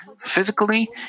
Physically